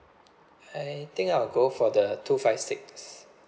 I think I'll go for the two five six